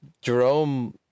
Jerome